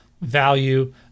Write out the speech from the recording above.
value